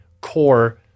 core